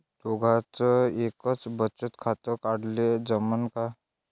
दोघाच एकच बचत खातं काढाले जमनं का?